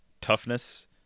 toughness